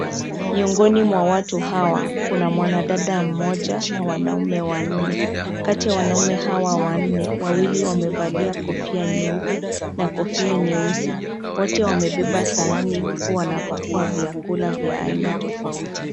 Miongoni mwa watu hawa kuna mwanadada mmoja na wanaume wanne. Kati ya wanaume hawa wanne, wawili wamevalia kofia nyeupe na kofia nyeusi. Wote wamebeba sahani huku wanapakua vyakula vya aina tofauti.